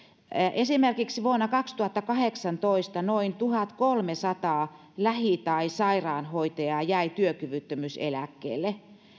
esimerkiksi vuonna kaksituhattakahdeksantoista noin tuhatkolmesataa lähi tai sairaanhoitajaa jäi työkyvyttömyyseläkkeelle